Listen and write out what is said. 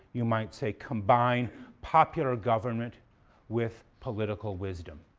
you might say, combine popular government with political wisdom.